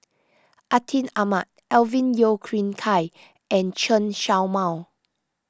Atin Amat Alvin Yeo Khirn Hai and Chen Show Mao